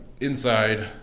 inside